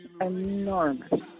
enormous